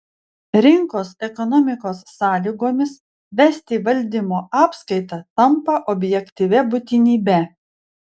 rinkos ekonomikos sąlygomis vesti valdymo apskaitą tampa objektyvia būtinybe